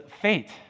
fate